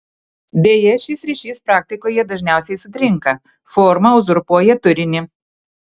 deja šis ryšys praktikoje dažniausiai sutrinka forma uzurpuoja turinį